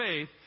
faith